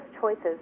choices